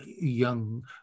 young